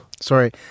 Sorry